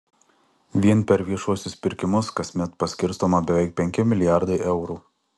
vien per viešuosius pirkimus kasmet paskirstoma beveik penki milijardai eurų